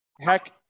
heck